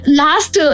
last